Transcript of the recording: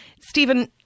Stephen